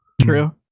True